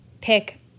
Pick